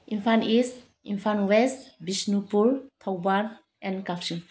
Imphal east Imphal west Bishnupur Thoubal and Kakching